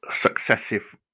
successive